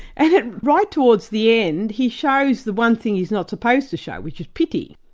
and right towards the end, he shows the one thing he's not supposed to show, which is pity.